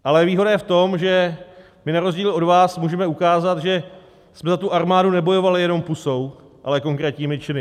Ale výhoda je v tom, že my na rozdíl od vás můžeme ukázat, že jsme za tu armádu nebojovali jenom pusou, ale konkrétními činy.